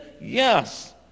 Yes